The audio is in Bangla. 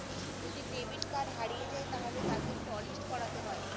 যদি ডেবিট কার্ড হারিয়ে যায় তাহলে তাকে টলিস্ট করাতে হবে